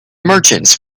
merchants